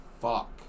Fuck